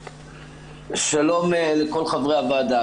שלום לכל חברי הוועדה.